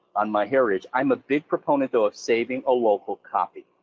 on myheritage, i'm a big proponent, though, of saving a local copy.